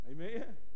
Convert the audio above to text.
Amen